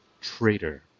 traitor